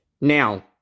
Now